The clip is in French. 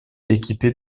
équipé